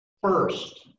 First